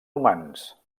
humans